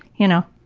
you know.